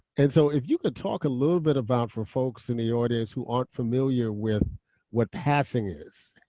and so if you could talk a little bit about for folks in the audience who aren't familiar with what passing is,